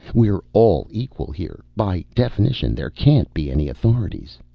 we're all equal here. by definition, there can't be any authorities.